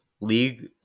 League